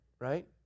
Right